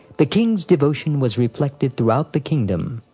the king's devotion was reflected throughout the kingdom.